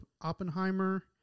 Oppenheimer